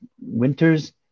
winters